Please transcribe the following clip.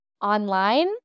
online